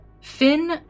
finn